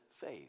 faith